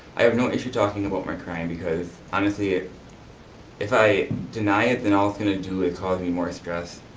i have no issue talking about my crime because, honestly, if i deny it, and all it's going to do is cause me more stress.